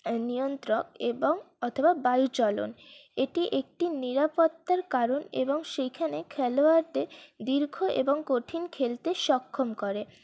নিয়ন্ত্রক এবং অথবা বায়ু চলন এটি একটি নিরাপত্তার কারণ এবং সেখানে খেলোয়াড়দের দীর্ঘ এবং কঠিন খেলতে সক্ষম করে